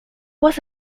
was